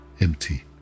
empty